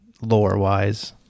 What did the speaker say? lore-wise